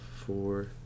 four